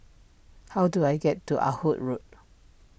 how do I get to Ah Hood Road